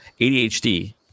adhd